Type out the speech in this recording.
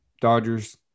Dodgers